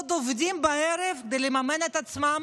עוד עובדים לפרנסתם בערב כדי לממן את עצמם,